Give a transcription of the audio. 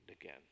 again